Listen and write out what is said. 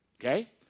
Okay